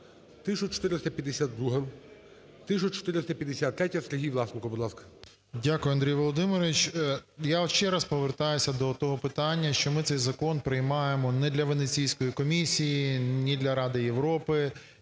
Дякую, Андрій Володимировичу. Я ще раз повертаюся до того питання, що ми цей закон приймаємо ні для Венеційської комісії, ні для Ради Європи,